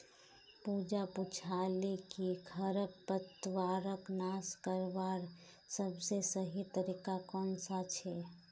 पूजा पूछाले कि खरपतवारक नाश करवार सबसे सही तरीका कौन सा छे